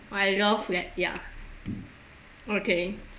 I love that ya okay